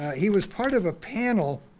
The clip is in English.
he was part of a panel